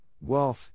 wealth